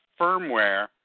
firmware